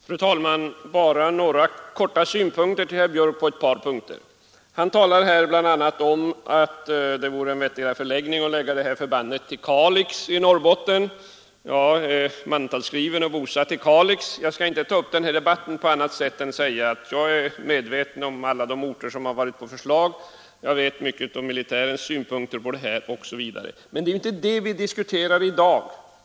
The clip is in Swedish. Fru talman! Jag vill bara ge några synpunkter i all korthet till herr Björck. Han talar här bl.a. om att det vore vettigare att förlägga det här förbandet till Kalix i Norrbotten. Jag är mantalsskriven och bosatt i Kalix. Men jag vill inte ta upp den här debatten på annat sätt än genom att säga att jag är medveten om alla de orter som varit på förslag och jag känner till militärens synpunkter osv. Men det är inte detta vi diskuterar i dag.